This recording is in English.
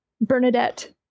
Bernadette